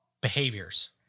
behaviors